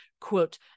quote